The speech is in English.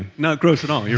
and not gross at all.